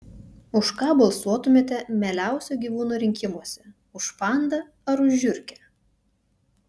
už ką balsuotumėte mieliausio gyvūno rinkimuose už pandą ar už žiurkę